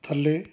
ਥੱਲੇ